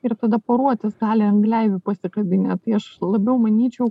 ir tada poruotis gali ant gleivių pasikabinę tai aš labiau manyčiau